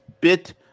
Bit